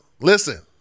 listen